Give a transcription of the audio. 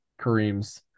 Kareem's